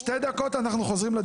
הישיבה ננעלה בשעה 14:52.